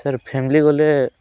sir family ଗଲେ